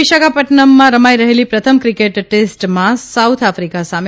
વિશાખા ટૂનમમાં રમાઇ રહેલી પ્રથમ ક્રિકેટ ટેસ્ટમાં સાઉથ આફીકા સામે